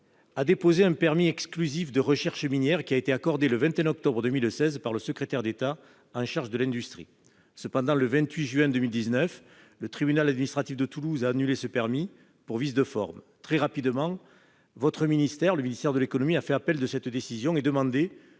demande de permis exclusif de recherche minière, accordé le 21 octobre 2016 par le secrétaire d'État chargé de l'industrie. Toutefois, le 28 juin 2019, le tribunal administratif de Toulouse a annulé ce permis pour vice de forme. Très rapidement, le ministère de l'économie a fait appel de cette décision et demandé